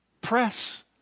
press